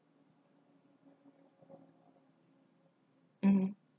mmhmm